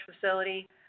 facility